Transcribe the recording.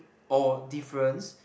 or difference